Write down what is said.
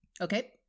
okay